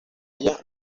ella